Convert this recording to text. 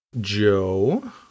Joe